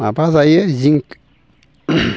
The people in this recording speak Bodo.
माबा जायो जिं